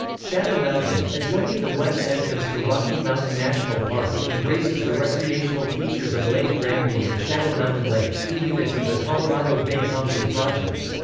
shadow mountain, adjoining the west entrance to rocky mountain national park, embraces the recreational features of lake granby and shadow mountain lake, two units of the colorado-big thompson project.